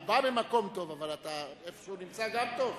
הוא בא ממקום טוב, אבל איפה שהוא נמצא גם טוב.